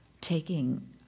taking